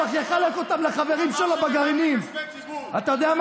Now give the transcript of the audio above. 50 מיליון שקל שלא שלך בכלל, אתה לקחת אותם.